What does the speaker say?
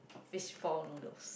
fishball noodles